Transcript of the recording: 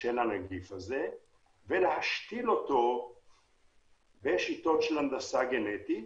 של הנגיף הזה ולהשתיל אותו בשיטות של הנדסה גנטית